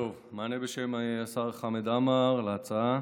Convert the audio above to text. מענה בשם השר חמד עמאר להצעה: